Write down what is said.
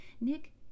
Nick